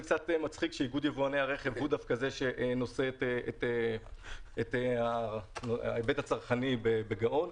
קצת מצחיק שאיגוד יבואני הרכב הוא זה שנושא את ההיבט הצרכני בגאון.